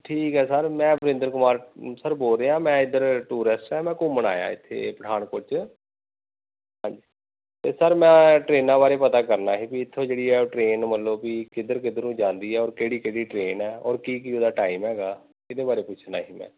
ਠੀਕ ਹੈ ਸਰ ਮੈਂ ਵਰਿੰਦਰ ਕੁਮਾਰ ਅਮ ਸਰ ਬੋਲ ਰਿਹਾ ਮੈਂ ਇੱਧਰ ਟੂਰਿਸਟ ਆ ਮੈਂ ਘੁੰਮਣ ਆਇਆ ਇੱਥੇ ਪਠਾਨਕੋਟ 'ਚ ਹਾਂਜੀ ਅਤੇ ਸਰ ਮੈਂ ਟਰੇਨਾਂ ਬਾਰੇ ਪਤਾ ਕਰਨਾ ਸੀ ਬਈ ਇੱਥੋਂ ਜਿਹੜੀ ਹੈ ਟ੍ਰੇਨ ਮਤਲਬ ਬਈ ਕਿੱਧਰ ਕਿੱਧਰ ਨੂੰ ਜਾਂਦੀ ਆ ਔਰ ਕਿਹੜੀ ਕਿਹੜੀ ਟ੍ਰੇਨ ਹੈ ਔਰ ਕੀ ਕੀ ਉਹਦਾ ਟਾਈਮ ਹੈਗਾ ਇਹਦੇ ਬਾਰੇ ਪੁੱਛਣਾ ਸੀ ਮੈਂ